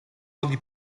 mogli